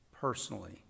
personally